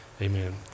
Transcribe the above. amen